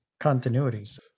continuities